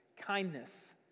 kindness